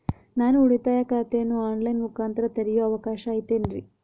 ನಾನು ಉಳಿತಾಯ ಖಾತೆಯನ್ನು ಆನ್ ಲೈನ್ ಮುಖಾಂತರ ತೆರಿಯೋ ಅವಕಾಶ ಐತೇನ್ರಿ?